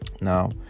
Now